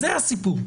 זה הסיפור.